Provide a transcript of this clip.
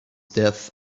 death